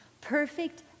Perfect